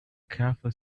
careful